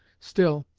still,